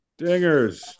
Dingers